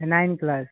nine class